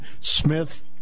Smith